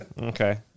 Okay